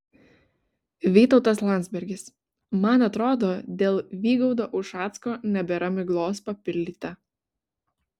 vytautas landsbergis man atrodo dėl vygaudo ušacko nebėra miglos papildyta